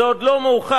זה עוד לא מאוחר,